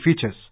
features